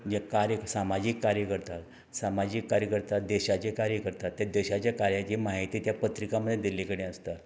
जें कार्य सामाजीक कार्य करता सामाजीक कार्य करता देशाचें कार्य करता तें देशाचे कार्याची माहिती त्या पत्रिकां मध्ये दिल्ली कडे आसता